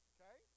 Okay